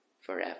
forever